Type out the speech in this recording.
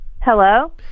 Hello